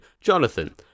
Jonathan